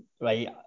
Right